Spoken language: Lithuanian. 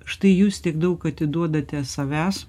štai jūs tiek daug atiduodate savęs